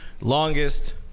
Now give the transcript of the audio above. longest